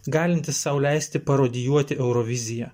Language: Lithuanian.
galintys sau leisti parodijuoti euroviziją